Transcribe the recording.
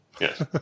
Yes